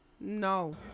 No